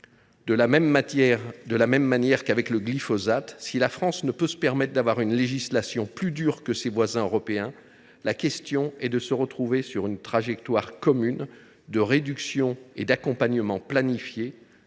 De la même manière que pour le glyphosate, si elle ne peut se permettre d’avoir une législation plus dure que ses voisins européens, la France doit s’entendre avec eux sur une trajectoire commune de réduction et d’accompagnement planifiée,